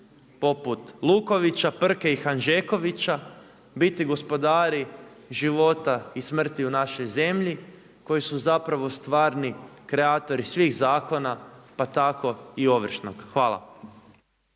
poput Lukovića, Prke i Hanžekovića biti gospodari života i smrti u našoj zemlji koji su zapravo stvarni kreatori svih zakona pa tako i Ovršnog. Hvala.